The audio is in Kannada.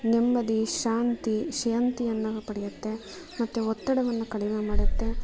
ನೆಮ್ಮದಿ ಶಾಂತಿ ಶಾಂತಿಯನ್ನು ಪಡೆಯತ್ತೆ ಮತ್ತೆ ಒತ್ತಡವನ್ನು ಕಡಿಮೆ ಮಾಡುತ್ತೆ